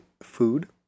food